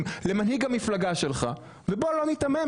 למנהיג המפלגה שלך ובוא לא ניתמם,